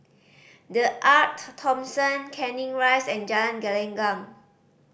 The Arte Thomson Canning Rise and Jalan Gelenggang